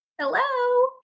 hello